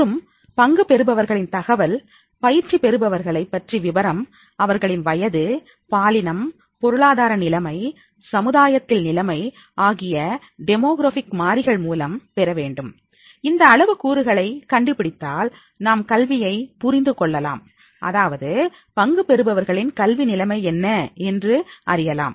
மற்றும் பங்கு பெறுபவர்களின் தகவல் பயிர்ச்சி பெறுபவர்களை பற்றி விபரம் அவர்களின் வயது பாலினம் பொருளாதார நிலைமை சமுதாயத்தில் நிலைமை ஆகிய டெமோகிராபிக் மாறிகள் மூலம் பெறவேண்டும் இந்த அளவு கூறுகளை கண்டுபிடித்தால் நாம் கல்வியை புரிந்துகொள்ளலாம் அதாவது பங்கு பெறுபவர்களின் கல்வி நிலைமை என்ன என்று அறியலாம்